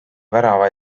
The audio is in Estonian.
värava